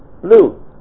blue